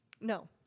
No